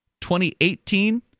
2018